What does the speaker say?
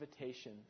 invitation